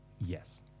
Yes